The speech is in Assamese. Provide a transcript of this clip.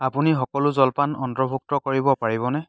আপুনি সকলো জলপান অন্তৰ্ভুক্ত কৰিব পাৰিবনে